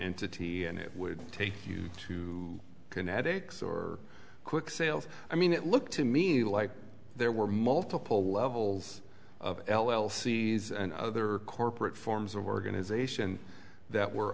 entity and it would take you two kinetics or quick sales i mean it looked to me like there were multiple levels of l l sees and other corporate forms of organization that were